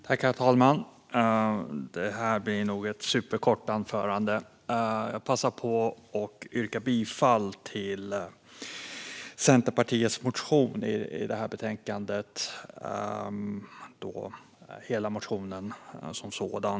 Herr talman! Detta blir nog ett superkort anförande. Jag vill passa på att yrka bifall till Centerpartiets motion i detta betänkande - hela motionen som sådan.